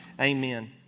amen